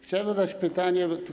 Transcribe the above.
Chciałbym zadać pytanie.